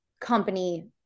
company